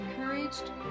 encouraged